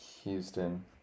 Houston